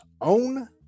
own